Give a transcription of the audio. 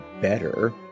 better